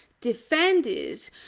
defended